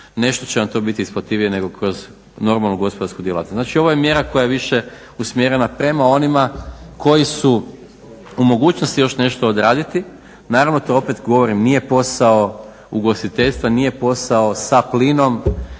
nešto će vam to bit isplativije nego kroz normalnu gospodarsku djelatnost. Znači ovo je mjera koja je više usmjerena prema onima koji su u mogućnosti još nešto odraditi, naravno to opet govorim nije posao ugostiteljstva, nije posao sa plinom,